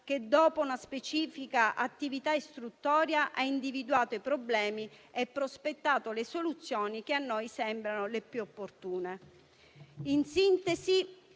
che, dopo una specifica attività istruttoria, ha individuato i problemi e prospettato le soluzioni che a noi sembrano le più opportune.